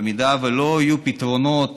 אם לא יהיו פתרונות,